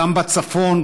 גם בצפון,